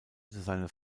seine